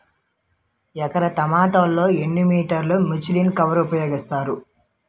ఎకర టొమాటో లో ఎన్ని మీటర్ లో ముచ్లిన్ కవర్ ఉపయోగిస్తారు?